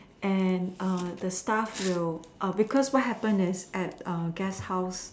and err the staff will err because what happen is at guest house